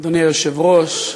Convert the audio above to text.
אדוני היושב-ראש,